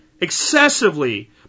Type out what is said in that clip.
excessively